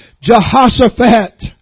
Jehoshaphat